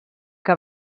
que